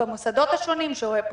במוסדות השונים שפרופ'